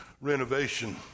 renovation